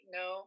no